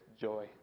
joy